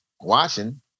watching